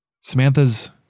Samantha's